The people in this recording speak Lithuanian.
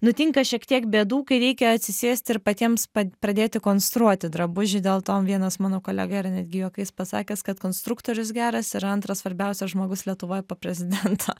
nutinka šiek tiek bėdų kai reikia atsisėsti ir patiems pa pradėti konstruoti drabužį dėl to vienas mano kolega yra netgi juokais pasakęs kad konstruktorius geras yra antras svarbiausias žmogus lietuvoje po prezidento